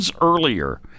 earlier